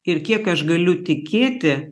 ir kiek aš galiu tikėti